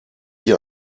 wie